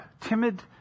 timid